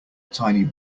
tiny